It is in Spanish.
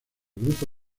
grupo